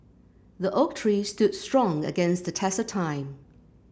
the oak tree stood strong against the test of time